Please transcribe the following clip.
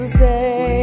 say